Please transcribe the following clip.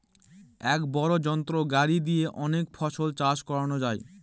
এক বড় যন্ত্র গাড়ি দিয়ে অনেক ফসল চাষ করানো যায়